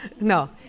no